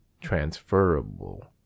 transferable